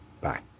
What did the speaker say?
Bye